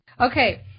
Okay